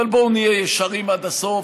אבל בואו נהיה ישרים עד הסוף.